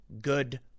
good